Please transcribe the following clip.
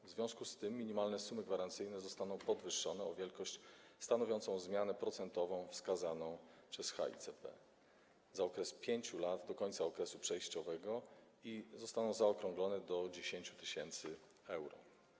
W związku z tym minimalne sumy gwarancyjne zostaną podwyższone o wielkość stanowiącą zmianę procentową wskazaną przez HICP za okres 5 lat do końca okresu przejściowego i zostaną zaokrąglone do 10 tys. euro.